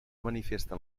manifesta